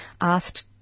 asked